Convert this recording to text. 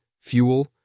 fuel